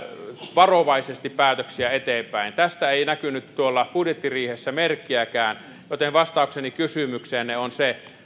varovaisesti päätöksiä eteenpäin tästä ei näkynyt budjettiriihessä merkkiäkään joten vastaukseni kysymykseenne on se